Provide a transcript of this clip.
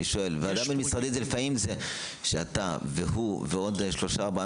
ועדה בין-משרדית זה לפעמים שאתה והוא ועוד שלושה-ארבעה